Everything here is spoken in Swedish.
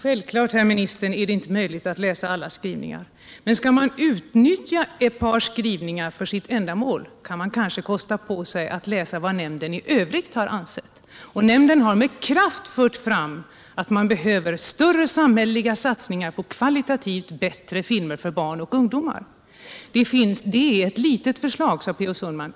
Herr talman! Självklart är det inte möjligt att läsa alla skrivningar. Men skall man utnyttja ett par skrivningar kan man kanske kosta på sig att läsa vad nämnden i övrigt har ansett. Och nämnden har med kraft fört fram att det behövs större samhälleliga satsningar på kvalitativt bättre filmer för barn och ungdom. Det är ett litet förslag, sade Per Olof Sundman.